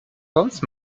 sonst